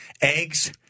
eggs